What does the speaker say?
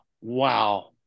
wow